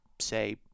say